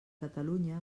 catalunya